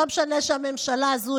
לא משנה שהממשלה הזו,